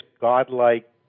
godlike